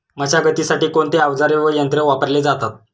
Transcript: मशागतीसाठी कोणते अवजारे व यंत्र वापरले जातात?